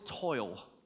toil